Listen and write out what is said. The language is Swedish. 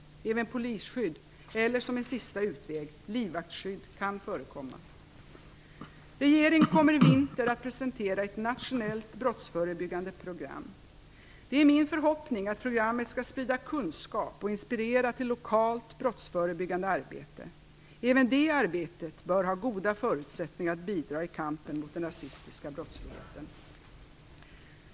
Även polisskydd eller, som en sista utväg, livvaktsskydd kan förekomma. Regeringen kommer i vinter att presentera ett nationellt brottsförebyggande program. Det är min förhoppning att programmet skall sprida kunskap och inspirera till lokalt brottsförebyggande arbete. Även detta arbete bör ha goda förutsättningar att bidra i kampen mot den rasistiska brottsligheten.